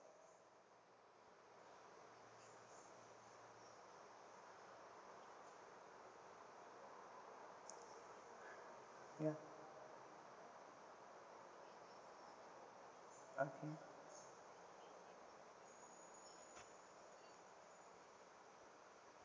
ya okay